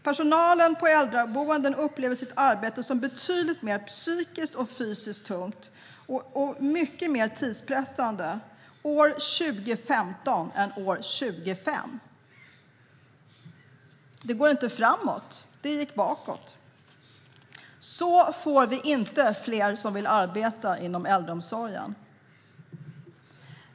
Personalen på äldreboenden upplever sitt arbete som betydligt mer psykiskt och fysiskt tungt och även mycket mer tidspressat år 2015 än 2005. Det går inte framåt. Det gick bakåt. Så får vi inte fler som vill arbeta i äldreomsorgen.